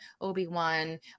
obi-wan